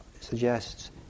suggests